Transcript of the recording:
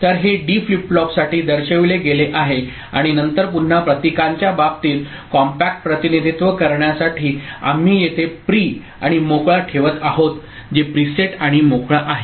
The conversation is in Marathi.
तर हे डी फ्लिप फ्लॉपसाठी दर्शविले गेले आहे आणि नंतर पुन्हा प्रतीकांच्या बाबतीत कॉम्पॅक्ट प्रतिनिधित्व करण्यासाठी आम्ही येथे प्री आणि मोकळा ठेवत आहोत जे प्रीसेट आणि मोकळा आहे